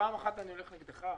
פעם אחת אני הולך נגדך?